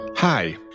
Hi